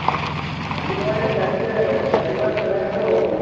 আজি নোৱাৰিলে কাইলৈ ৰাতিপুৱা পেলাই দিলেও হ'ব